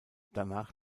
danach